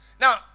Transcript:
Now